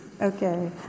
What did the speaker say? Okay